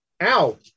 Ow